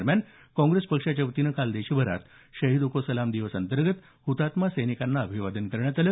दरम्यान काँग्रेस पक्षाच्या वतीनं काल देशभरात शहिदों को सलाम दिवस अंतर्गत हुतात्मा सैनिकांना अभिवादन करण्यात आलं